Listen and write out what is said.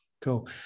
Cool